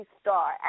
star